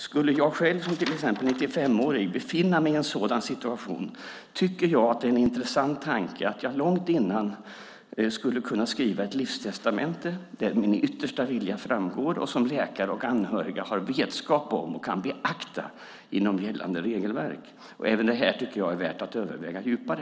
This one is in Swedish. Skulle jag själv som till exempel 95-åring befinna mig i en sådan situation tycker jag att det är en intressant tanke att jag långt innan skulle kunna skriva ett livstestamente där min yttersta vilja framgår, som läkare och anhöriga har vetskap om och kan beakta inom gällande regelverk. Även det här tycker jag är värt att överväga djupare.